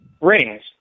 rings